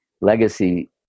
legacy